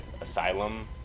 asylum